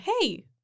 hey